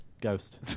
Ghost